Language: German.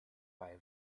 bei